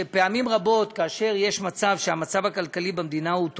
שפעמים רבות, כאשר המצב הכלכלי במדינה הוא טוב,